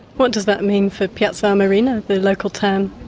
what does that mean for piazza armerina, the local town?